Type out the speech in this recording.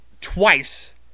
Twice